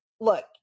look